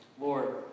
Lord